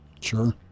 Sure